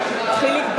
(קוראת בשמות חברי הכנסת) יחיאל חיליק בר,